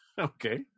Okay